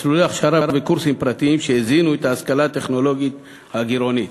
מסלולי הכשרה וקורסים פרטיים שהזינו את ההשכלה הטכנולוגית הגירעונית.